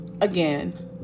again